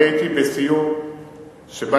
אני הייתי בסיור שבא